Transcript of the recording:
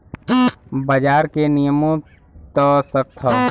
बाजार के नियमों त सख्त हौ